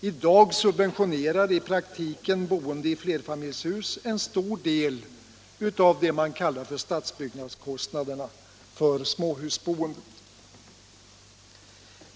I dag subventionerar i praktiken de som bor i flerfamiljshus en stor del av det man kallar stadsbyggnadskostnader för småhusboendet.